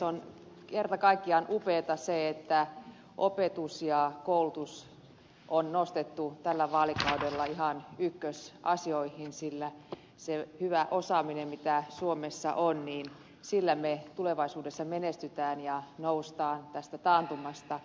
on kerta kaikkiaan upeaa että opetus ja koulutus on nostettu tällä vaalikaudella ihan ykkösasioihin koska sillä hyvällä osaamisella mikä suomessa on me tulevaisuudessa menestymme ja nousemme tästä taantumasta ylös